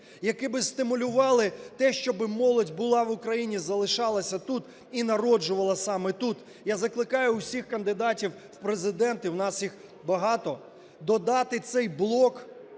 які би стимулювали те, щоби молодь була в Україні, залишалася тут і народжувала саме тут. Я закликаю усіх кандидатів в Президенти, у нас їх багато, додати цей блок